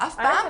אף פעם?